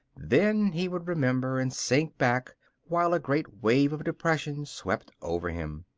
then he would remember and sink back while a great wave of depression swept over him.